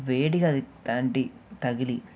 వేడిగా అది అంటి తగిలి